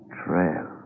trail